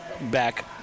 back